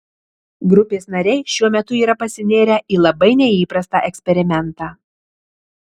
grupės nariai šiuo metu yra pasinėrę į labai neįprastą eksperimentą